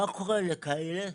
מה קורה לכאלה